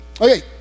Okay